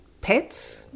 pets